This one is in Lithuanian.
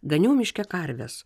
ganiau miške karves